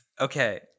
Okay